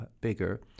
bigger